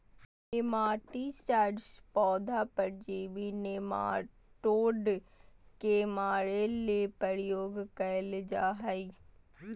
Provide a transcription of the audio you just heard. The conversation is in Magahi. नेमाटीसाइड्स पौधा परजीवी नेमाटोड के मारे ले प्रयोग कयल जा हइ